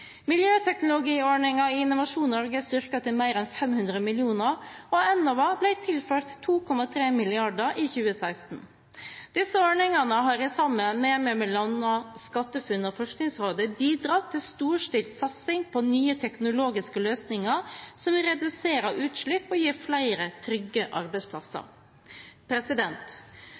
i klimaforliket. Miljøteknologiordningen i Innovasjon Norge er styrket til mer enn 500 mill. kr, og Enova ble tilført 2,3 mrd. kr i 2016. Disse ordningene har sammen med bl.a. SkatteFUNN og Forskningsrådet bidratt til storstilt satsing på nye teknologiske løsninger som vil redusere utslipp og gi flere trygge arbeidsplasser.